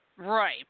Right